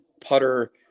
putter